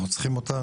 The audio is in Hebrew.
אנחנו צריכים אותם.